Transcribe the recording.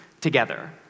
together